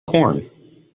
corn